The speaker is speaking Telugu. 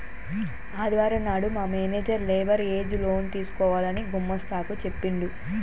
ఆదివారం నాడు మా మేనేజర్ లేబర్ ఏజ్ లోన్ తీసుకోవాలని గుమస్తా కు చెప్పిండు